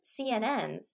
CNNs